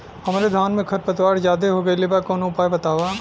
हमरे धान में खर पतवार ज्यादे हो गइल बा कवनो उपाय बतावा?